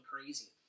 crazy